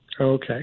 Okay